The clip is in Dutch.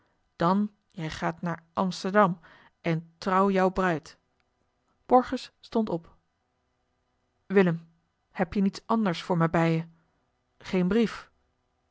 dan jij gaat naar amsterdam en trouw jouw bruid borgers stond op willem heb je niets anders voor mij bij je geen brief